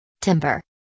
Timber